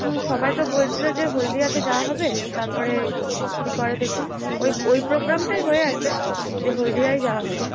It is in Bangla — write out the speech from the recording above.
হ্যাঁ সবাই তো বলছিল যে হলদিয়াতে যাওয়া হবে তারপরে কি করে দেখুন ঐ ঐ প্রোগ্রামটাই হয়ে আছে যে হলদিয়ায় যাওয়া হবে